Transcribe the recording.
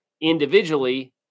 individually